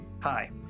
Hi